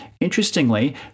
Interestingly